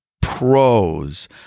pros